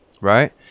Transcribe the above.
Right